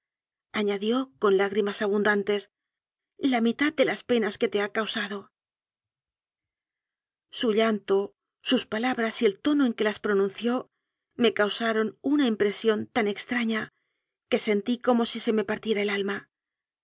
sangreañadió con lágrimas abundantesla mi tad de las penas que te ha causado su llanto sus palabras y el tono en que las pro nunció me causaron una impresión tan extraña que sentí como si se me partiera el alma